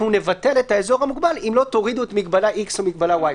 נבטל את האזור המוגבל אם לא תורידו את מגבלה x או את מגבלה y.